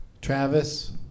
Travis